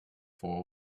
for